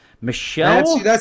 Michelle